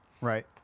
Right